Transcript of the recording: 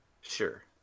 Sure